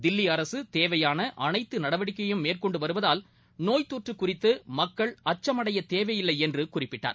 தில்லிஅரசுதேவையானஅனைத்துநடவடிக்கையும் மேற்கொண்டுவருவதால் நோய்தொற்றுகுறித்துமக்கள் அச்சமடையதேவையில்லைஎன்றுகுறிப்பிட்டார்